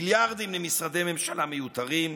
מיליארדים למשרדי ממשלה מיותרים,